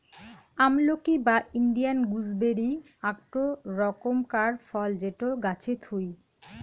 আমলকি বা Indian gooseberry আকটো রকমকার ফল যেটো গাছে থুই